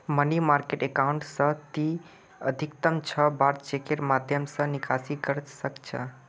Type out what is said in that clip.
money market account स ती अधिकतम छह बार चेकेर माध्यम स निकासी कर सख छ